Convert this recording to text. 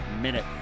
Minute